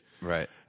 Right